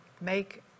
make